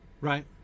right